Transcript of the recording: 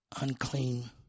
unclean